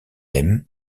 aime